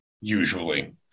usually